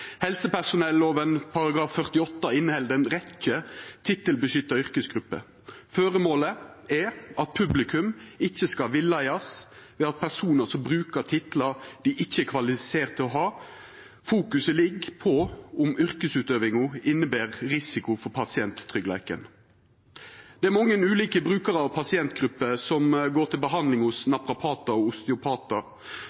48 inneheld ei rekkje tittelbeskytta yrkesgrupper. Føremålet er at publikum ikkje skal villeiast ved at personar brukar titlar dei ikkje er kvalifiserte til å ha. Fokuset er om yrkesutøvinga inneber risiko for pasienttryggleiken. Det er mange ulike brukarar og pasientgrupper som går til behandling hos